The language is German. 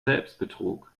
selbstbetrug